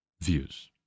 views